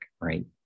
Right